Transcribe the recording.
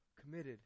committed